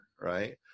right